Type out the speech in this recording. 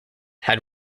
had